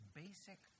basic